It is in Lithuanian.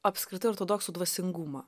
apskritai ortodoksų dvasingumą